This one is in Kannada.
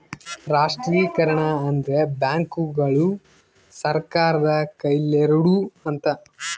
ರಾಷ್ಟ್ರೀಕರಣ ಅಂದ್ರೆ ಬ್ಯಾಂಕುಗಳು ಸರ್ಕಾರದ ಕೈಯಲ್ಲಿರೋಡು ಅಂತ